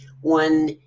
one